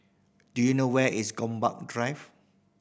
do you know where is Gombak Drive